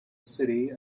city